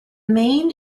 main